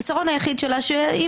הוא שהיא